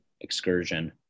excursion